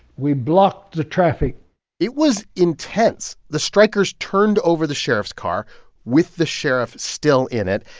we blocked the traffic it was intense. the strikers turned over the sheriff's car with the sheriff still in it.